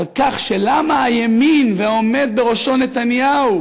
למה הימין והעומד בראשו נתניהו